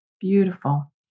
Beautiful